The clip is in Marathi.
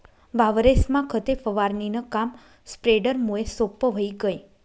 वावरेस्मा खते फवारणीनं काम स्प्रेडरमुये सोप्पं व्हयी गय